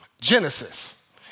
Genesis